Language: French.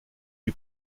lui